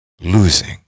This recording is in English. losing